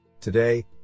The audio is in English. Today